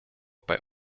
bei